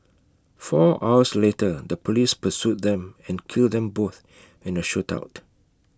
four hours later the Police pursued them and killed them both in A shootout